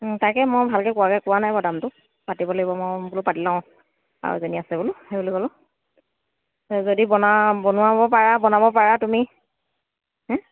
তাকে মই ভালকৈ কোৱাগৈ কোৱা নাই আকৌ দামটো পাতিব লাগিব অঁ মই বোলো পাতি লওঁ আৰু এজনী আছে বোলো সেই বুলি ক'লোঁ যদি বনাওঁ বনোৱাব পাৰা বনাব পাৰা তুমি